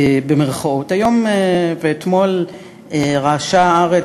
היום ואתמול רעשה הארץ,